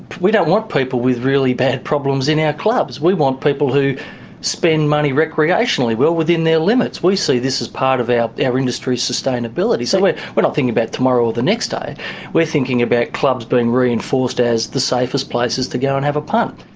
we don't want people with really bad problems in our clubs we want people who spend money recreationally well within their limits. we see this as part of ah our industry's sustainability, so we're not thinking about tomorrow or the next day we're thinking about clubs being reinforced as the safest places to go and have a punt.